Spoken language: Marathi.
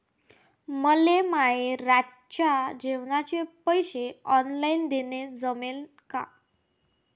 मले माये रातच्या जेवाचे पैसे ऑनलाईन देणं जमन का?